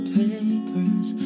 papers